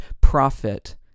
profit